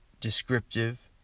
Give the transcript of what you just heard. descriptive